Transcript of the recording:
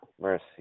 Mercy